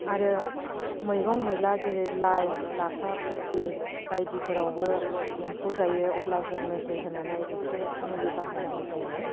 आरो मैगं मैला जेरै लाइ लाफा खबि बायदिफोरावबो एम्फौ जायो अब्ला जों नोजोर होनानै इसे मुलि बाहायनांगौ जायो